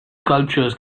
sculptures